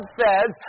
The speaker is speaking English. says